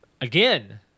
Again